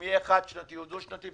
אם יהיה תקציב חד-שנתי או דו-שנתי.